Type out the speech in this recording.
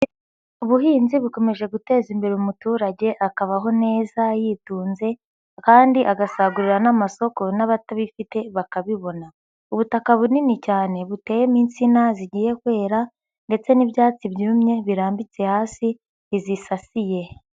Ubuhinzi bukomeje guteza imbere umuturage akabaho neza yitunze kandi agasagurira n'amasoko n'abatabifite bakabibona. Ubutaka bunini cyane buteyemo insina zigiye kwera ndetse n'ibyatsi byumye birambitse hasi, bizisasiye.